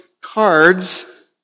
cards